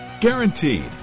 Guaranteed